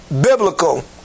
biblical